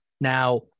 Now